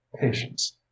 patience